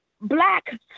Black